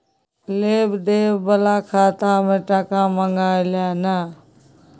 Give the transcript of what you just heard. लेब देब बला खाता मे टका मँगा लय ना